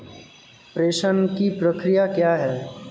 प्रेषण की प्रक्रिया क्या है?